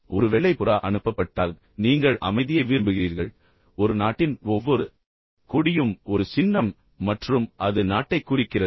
ஒரு வெள்ளை புறா அனுப்பப்பட்டால் நீங்கள் அமைதியை விரும்புகிறீர்கள் என்பது உங்களுக்குத் தெரியும் ஒரு நாட்டின் ஒவ்வொரு கொடியும் ஒரு சின்னம் மற்றும் அது நாட்டைக் குறிக்கிறது